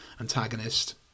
antagonist